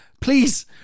please